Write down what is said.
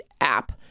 app